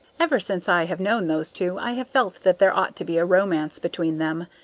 ever since i have known those two, i have felt that there ought to be a romance between them.